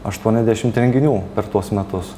aštuoniasdešimt renginių per tuos metus